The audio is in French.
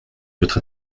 votre